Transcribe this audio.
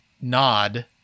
nod